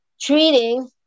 treating